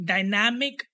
Dynamic